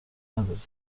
نداریم